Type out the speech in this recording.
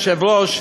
אדוני היושב-ראש,